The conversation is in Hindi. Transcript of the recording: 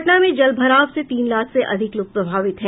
पटना में जल भराव से तीन लाख से अधिक लोग प्रभावित हैं